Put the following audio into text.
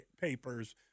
papers